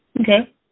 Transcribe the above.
Okay